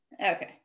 Okay